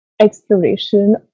exploration